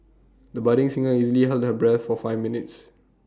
the budding singer easily held her breath for five minutes